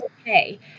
okay